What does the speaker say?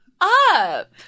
up